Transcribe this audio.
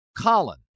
Colin